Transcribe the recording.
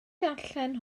darllen